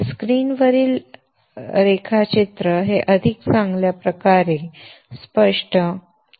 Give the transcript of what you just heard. स्क्रीनवरील रेखाचित्र हे अधिक चांगल्या प्रकारे स्पष्ट करेल